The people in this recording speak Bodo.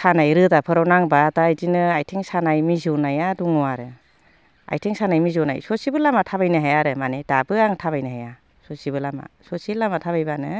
सानाय रोदाफोराव नांबा दा बिदिनो आथिं सानाय मिजौनाया दङ आरो आथिं सानाय मिजौनाय ससेबो लामा थाबायनो हाया आरो माने दाबो आं थाबायनो हाया ससेबो लामा ससे लामा थाबायबानो